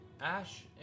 Ash